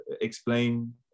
explain